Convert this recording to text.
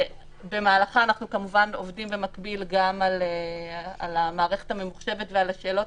ובמהלכה אנחנו כמובן עובדים במקביל גם על המערכת הממוחשבת ועל השאלות